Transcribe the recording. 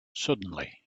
suddenly